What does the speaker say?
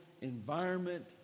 environment